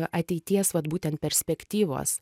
ateities vat būtent perspektyvos